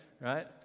right